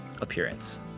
appearance